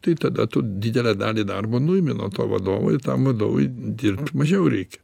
tai tada tu didelę dalį darbo nuimi nuo to vadovo ir tam vadovui dirbt mažiau reikia